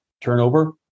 turnover